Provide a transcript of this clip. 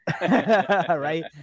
Right